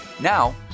Now